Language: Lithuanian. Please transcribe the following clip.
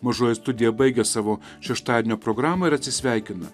mažoji studija baigia savo šeštadienio programą ir atsisveikina